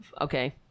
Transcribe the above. okay